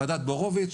ועדת בורוביץ',